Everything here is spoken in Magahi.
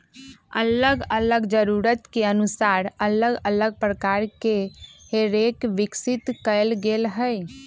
अल्लग अल्लग जरूरत के अनुसार अल्लग अल्लग प्रकार के हे रेक विकसित कएल गेल हइ